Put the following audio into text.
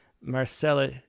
Marcella